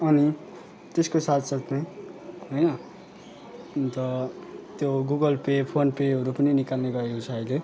अनि त्यसको साथसाथै होइन अन्त त्यो गुगल पे फोन पेहरू पनि निकाल्ने गरेको छ अहिले